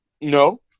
No